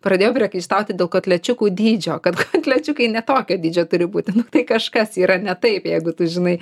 pradėjo priekaištauti dėl kotlečiukų dydžio kad kotlečiukai ne tokio dydžio turi būti nu tai kažkas yra ne taip jeigu tu žinai